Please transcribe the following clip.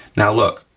now look,